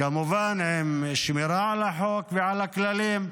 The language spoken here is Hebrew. כמובן עם שמירה על החוק ועל הכללים.